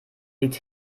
liegt